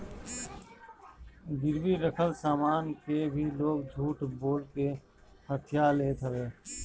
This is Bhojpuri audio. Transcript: गिरवी रखल सामान के भी लोग झूठ बोल के हथिया लेत हवे